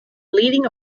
leading